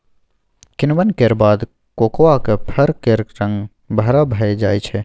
किण्वन केर बाद कोकोआक फर केर रंग भूरा भए जाइ छै